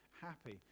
happy